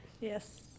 Yes